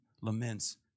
laments